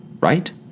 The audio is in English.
Right